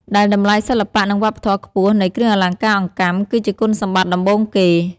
ដែលតម្លៃសិល្បៈ និងវប្បធម៌ខ្ពស់នៃគ្រឿងអលង្ការអង្កាំ គឺជាគុណសម្បត្តិដំបូងគេ។